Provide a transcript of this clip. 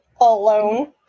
alone